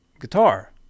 guitar